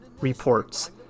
reports